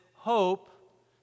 Hope